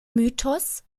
mythos